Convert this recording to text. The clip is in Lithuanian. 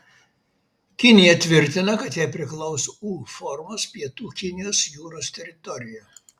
kinija tvirtina kad jai priklauso u formos pietų kinijos jūros teritorija